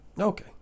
Okay